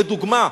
לדוגמה,